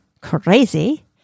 crazy